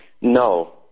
No